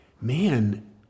man